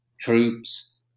Troops